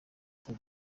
tour